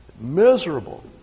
miserable